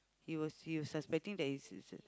he was he was suspecting that is a~